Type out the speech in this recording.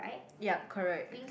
ya correct